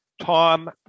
Tom